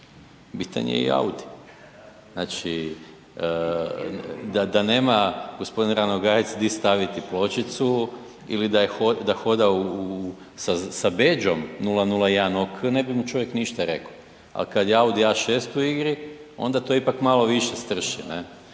bitan je i Audi, znači da nema g. Ranogajac di staviti pločicu ili da hoda sa bedžom 001 OK ne bi mu čovjek ništa reko, ali kad je Audi A6 u igri, onda to ipak malo više strši